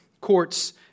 courts